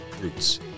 roots